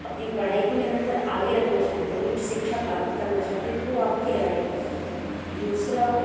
अपनी पढ़ाई को निरंतर आगे रखना चाहते हैं उच्च शिक्षा प्राप्त करना चाहते हैं तो वो आपकी राय है दूसरा